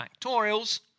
factorials